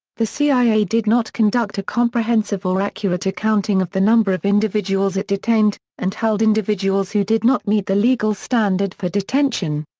the cia did not conduct a comprehensive or accurate accounting of the number of individuals it detained, and held individuals who did not meet the legal standard for detention.